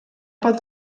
pot